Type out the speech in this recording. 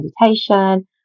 meditation